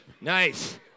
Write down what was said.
Nice